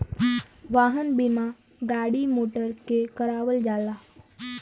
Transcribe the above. वाहन बीमा गाड़ी मोटर के करावल जाला